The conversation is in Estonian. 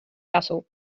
tasu